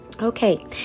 Okay